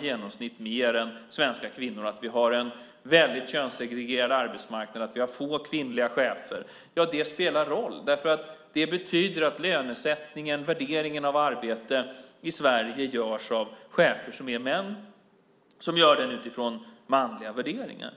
genomsnitt jobbar mer än svenska kvinnor, att vi har en väldigt könssegregerad arbetsmarknad, att vi har få kvinnliga chefer. Ja, det spelar roll därför att det betyder att lönesättningen och värderingen av arbete i Sverige görs av chefer som är män, som gör den utifrån manliga värderingar.